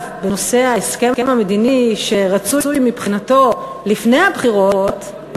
בנושא ההסכם המדיני הרצוי מבחינתו לפני הבחירות,